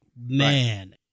Man